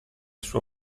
suo